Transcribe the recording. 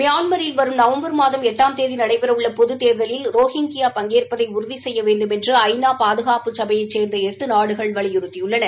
மியான்மில் வரும் நவம்பர் மாதம் ளட்டாம் தேதி நடைபெறவுள்ள பொதுத் தேர்தலில் ரொஹிங்கியா பங்கேற்பதை உறுதி செய்ய வேண்டுமென்று ஐ நா பாதுகாப்பு சபையைச் சேர்ந்த எட்டு நாடுகள் வலியுறுத்தியுள்ளன